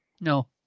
No